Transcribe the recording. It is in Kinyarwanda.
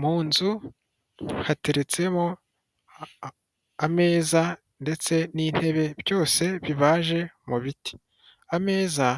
Mu nzu hateretsemo ameza ndetse n'intebe byose bibaje mu biti, ameza